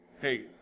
Hey